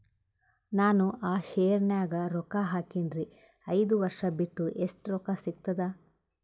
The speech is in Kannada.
ನಾನು ಆ ಶೇರ ನ್ಯಾಗ ರೊಕ್ಕ ಹಾಕಿನ್ರಿ, ಐದ ವರ್ಷ ಬಿಟ್ಟು ಎಷ್ಟ ರೊಕ್ಕ ಸಿಗ್ತದ?